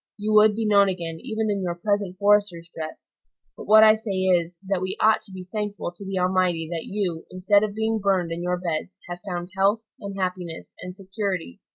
you would be known again, even in your present forester's dress but what i say is, that we ought to be thankful to the almighty that you, instead of being burned in your beds, have found health, and happiness, and security,